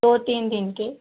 दो तीन दिन की